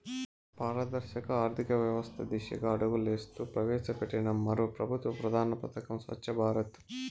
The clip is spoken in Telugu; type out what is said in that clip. పారదర్శక ఆర్థికవ్యవస్త దిశగా అడుగులేస్తూ ప్రవేశపెట్టిన మరో పెబుత్వ ప్రధాన పదకం స్వచ్ఛ భారత్